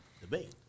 debate